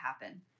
happen